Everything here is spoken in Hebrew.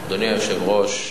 גברתי היושבת-ראש,